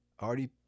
Already